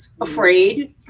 afraid